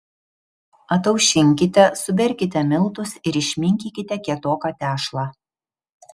ataušinkite suberkite miltus ir išminkykite kietoką tešlą